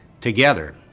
together